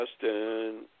Justin